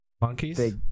Monkeys